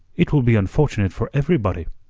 it will be unfortunate for everybody.